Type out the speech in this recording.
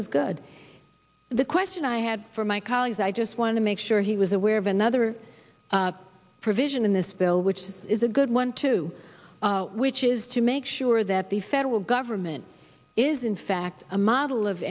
was good the question i had for my colleagues i just want to make sure he was aware of another provision in this bill which is a good one too which is to make sure that the federal government is in fact a model of